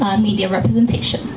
or media representation